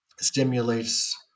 stimulates